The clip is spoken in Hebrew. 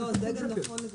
10:34.